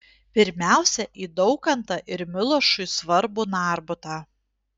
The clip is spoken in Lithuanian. pirmiausia į daukantą ir milošui svarbų narbutą